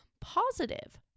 positive